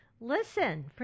Listen